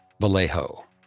Vallejo